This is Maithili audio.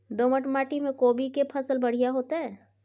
दोमट माटी में कोबी के फसल बढ़ीया होतय?